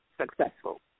successful